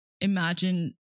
imagine